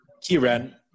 Kieran